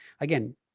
again